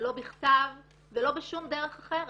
לא בכתב ולא בשום דרך אחרת.